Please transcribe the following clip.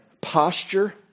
posture